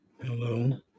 Hello